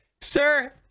Sir